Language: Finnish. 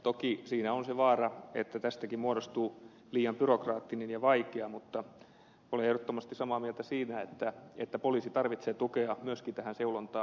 toki siinä on se vaara että tästäkin muodostuu liian byrokraattinen ja vaikea mutta olen ehdottomasti samaa mieltä siitä että poliisi tarvitsee tukea myöskin tähän seulontaan